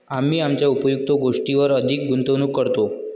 आम्ही आमच्या उपयुक्त गोष्टींवर अधिक गुंतवणूक करतो